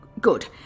Good